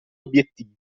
obiettivi